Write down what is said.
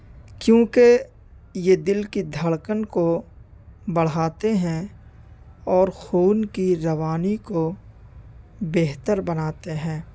کیونکہ یہ دل کی دھڑکن کو بڑھاتے ہیں اور خون کی روانی کو بہتر بناتے ہیں